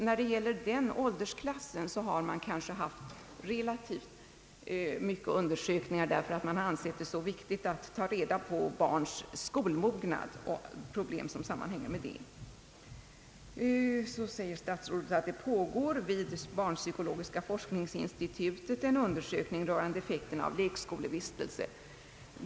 När det gäller denna åldersklass har man kanske gjort relativt många undersökningar, eftersom det har ansetts viktigt att ta reda på barns skolmognad och därmed sammanhängande problem. Statsrådet säger att barnpsykologiska forskningsinstitutet vid lärarhögskolan i Stockholm gör en undersökning rörande effekterna av lekskolevistelse.